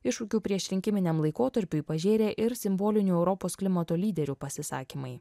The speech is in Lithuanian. iššūkių priešrinkiminiam laikotarpiui pažėrė ir simbolinių europos klimato lyderių pasisakymai